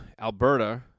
Alberta